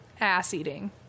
Ass-eating